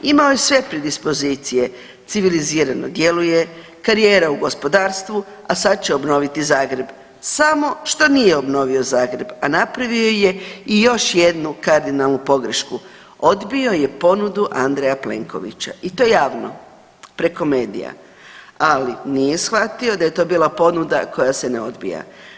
Imao je sve predispozicije, civilizirano djeluje, karijera u gospodarstvu, a sad će obnoviti Zagreb, samo što nije obnovio Zagreb, a napravio je i još jednu kardinalnu pogrešku, odbio je ponudu Andreja Plenkovića i to javno preko medija, ali nije shvatio da je to bila ponuda koja se ne odbija.